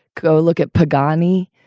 go look at pagani,